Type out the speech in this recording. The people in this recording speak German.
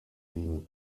liegen